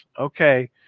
Okay